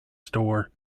store